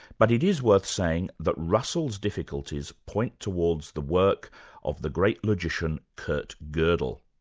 but it is worth saying that russell's difficulties point towards the work of the great logician kurt gerdell.